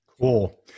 Cool